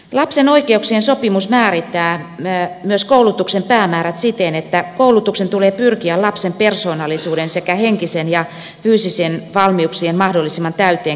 lapsen oikeuksien sopimus määrittää myös koulutuksen päämäärät siten että koulutuksen tulee pyrkiä lapsen persoonallisuuden sekä henkisten ja fyysisten valmiuksien mahdollisimman täyteen kehittämiseen